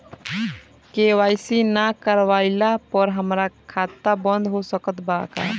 KYC ना करवाइला पर हमार खाता बंद हो सकत बा का?